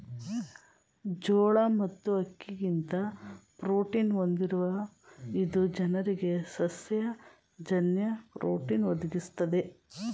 ಜೋಳ ಮತ್ತು ಅಕ್ಕಿಗಿಂತ ಪ್ರೋಟೀನ ಹೊಂದಿರುವ ಇದು ಜನರಿಗೆ ಸಸ್ಯ ಜನ್ಯ ಪ್ರೋಟೀನ್ ಒದಗಿಸ್ತದೆ